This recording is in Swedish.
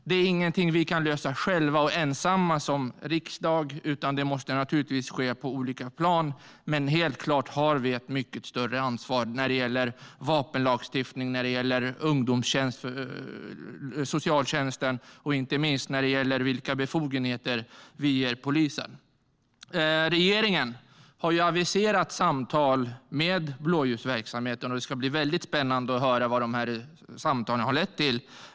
Det är inget vi kan lösa ensamma som riksdag, utan det måste naturligtvis ske på olika plan. Men helt klart har vi ett mycket större ansvar när det gäller vapenlagstiftning, socialtjänst och vilka befogenheter vi ger polisen. Regeringen har aviserat samtal med blåljusverksamheten. Det ska bli väldigt spännande att höra vad dessa samtal har lett till.